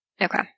Okay